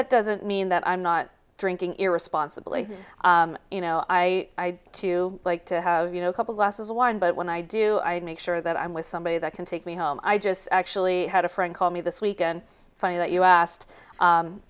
that doesn't mean that i'm not drinking irresponsibly you know i too like to have you know a couple glasses of wine but when i do i make sure that i'm with somebody that can take me home i just actually had a friend called me this weekend funny that you asked